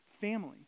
family